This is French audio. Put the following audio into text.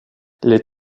les